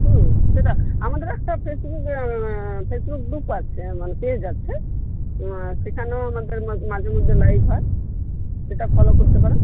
হুম সেটা আমাদের একটা ফেসবুক ফেসবুক গ্রুপ আছে মানে পেজ আছে সেখানেও আমাদের মাঝেমধ্যে লাইভ হয় সেটা ফলো করতে পারেন